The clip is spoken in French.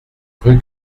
rue